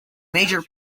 major